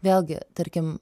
vėlgi tarkim